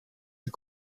der